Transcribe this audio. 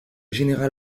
général